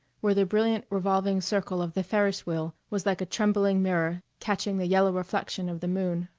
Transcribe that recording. where the brilliant revolving circle of the ferris wheel was like a trembling mirror catching the yellow reflection of the moon.